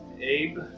Abe